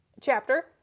chapter